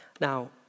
Now